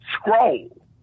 scroll